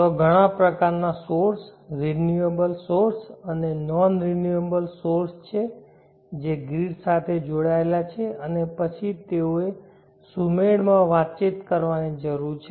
ત્યાં ઘણાં પ્રકારનાં સોર્સ રીન્યુઅલસોર્સ અને નોન રીન્યુઅલસોર્સ છે જે ગ્રીડ સાથે જોડાયેલા છે અને પછી તેઓએ સુમેળ માં વાતચીત કરવાની જરૂર છે